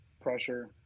pressure